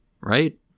right